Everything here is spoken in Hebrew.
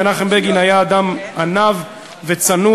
מנחם בגין היה אדם עניו וצנוע.